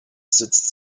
sitzt